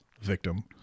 victim